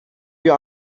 you